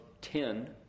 Ten